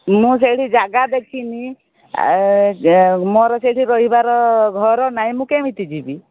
ମୁଁ ସେଇଠି ଜାଗା ଦେଖିନି ଯେ ମୋର ସେଇଠି ରହିବାର ଘର ନାହିଁ ମୁଁ କେମିତି ଯିବି